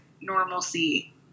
normalcy